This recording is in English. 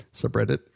subreddit